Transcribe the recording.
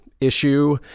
issue